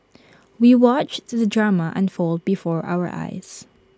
we watched the drama unfold before our eyes